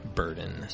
burden